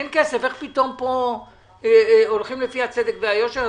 אין כסף, איך פתאום כאן הולכים לפי הצדק והיושר?